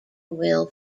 will